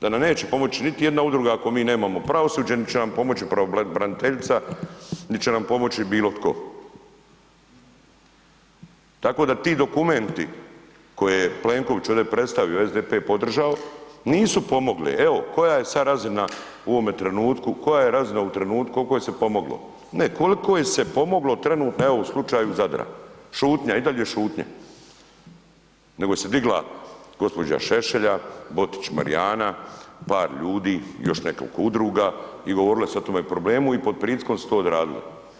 da nam neće pomoći niti jedna udruga ako mi nemamo pravosuđe, niti će nam pomoći pravobraniteljica, niti će nam pomoći bilo tko, tako da ti dokumenti koje je Plenković ovdje predstavio, SDP podržao, nisu pomogli, evo koja je sad razina u ovome trenutku, koja je razina u trenutku, kolko je se pomoglo, ne koliko je se pomoglo trenutno evo u slučaju Zadra, šutnja i dalje šutnja, nego se digla gđa. Šešelja, Botić Marijana, par ljudi, još nekoliko udruga i govorile su o tom problemu i pod pritiskom su to odradili.